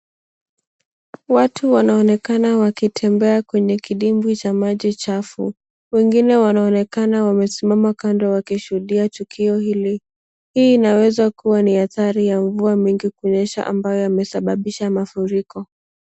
Watu wanaonekana wakitembea kwenye kidimbwi cha maji chafu. Wengine wanaonekana wamesimama kado wakishuhudia tukio hili. Hii inaweza kuwa ni hatari ya mvua mingi kunyesha ambayo yamesababisha mafuriko.